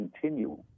continue